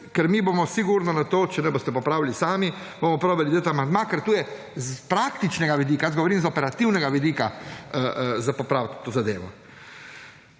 ker mi bomo sigurno na to, če ne boste popravili, bomo probali dati amandma, ker to je s praktičnega vidika, govorim z operativnega vidika, za popraviti to zadevo.